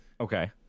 Okay